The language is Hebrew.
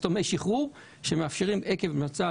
הם נקראים שסתומי שחרור שמאפשרים עקב מצב